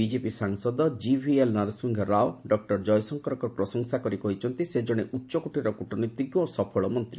BJP ସାଂସଦ GVL Narasimha Rao doctor ଜୟଶଙ୍କରଙ୍କର ପ୍ରଶଂସା କରି କହିଛନ୍ତି ସେ ଜଣେ ଉଚ୍ଚକୋଟୀର କ୍ରଟନୀତିଜ୍ଞ ଓ ସଫଳ ମନ୍ତ୍ରୀ